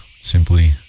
simply